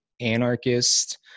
anarchist